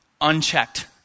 unchecked